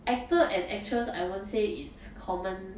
actor and actress I won't say it's common